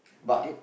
but